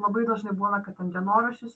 labai dažnai būna kad ten dienoraščius